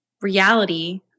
reality